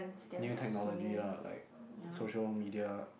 new technology lah like social media